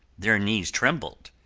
their knees trembled,